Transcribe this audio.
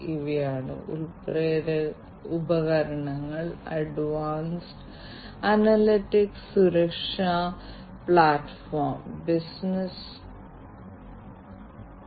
അതിനാൽ ഇത്തരത്തിലുള്ള ട്രാക്കിംഗ് ഉപകരണങ്ങൾ ട്രാക്കിംഗ് സെൻസറുകൾ ഒരു പ്രത്യേക ലോജിസ്റ്റിക് ആപ്ലിക്കേഷനിൽ വ്യത്യസ്ത ട്രക്കുകൾ എവിടെയാണെന്ന് ട്രാക്ക് ചെയ്യാൻ ഉപയോഗിക്കാം